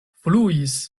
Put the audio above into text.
fluis